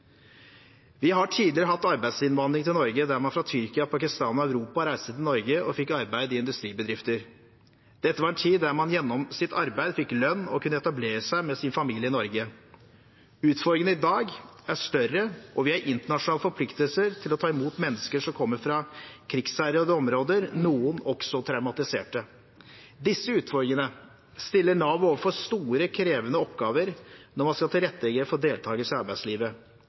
Vi har tidligere hatt arbeidsinnvandring til Norge da man reiste fra Tyrkia, Pakistan og Europa til Norge og fikk arbeid i industribedrifter. Dette var en tid der man gjennom sitt arbeid fikk lønn og kunne etablere seg med sin familie i Norge. Utfordringene i dag er større, og vi har internasjonale forpliktelser til å ta imot mennesker som kommer fra krigsherjede områder, noen også traumatiserte. Disse utfordringene stiller Nav overfor store og krevende oppgaver når man skal tilrettelegge for deltakelse i arbeidslivet.